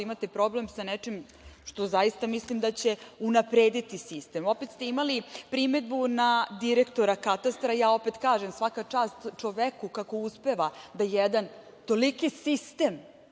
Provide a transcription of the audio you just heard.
imate problem sa nečim što zaista mislim da će unaprediti sistem. Opet ste imali primedbu na direktora katastra. Opet kažem, svaka čast čoveku kako uspeva da jedan toliki sistem